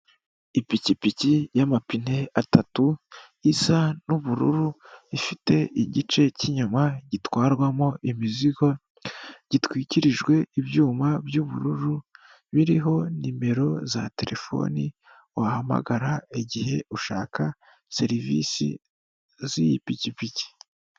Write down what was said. Ipikipiki y'amapine atatu isa n'ubururu ifite igice cy'inyuma gitwarwamo imizigo, gitwikirijwe ibyuma by'ubururu biriho nimero za terefoni, wahamagara igihe ushaka serivisi z'iyi pikipiki.